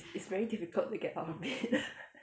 it's very difficult to get out of bed